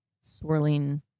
swirling